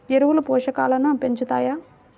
ఎరువులు పోషకాలను పెంచుతాయా?